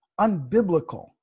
unbiblical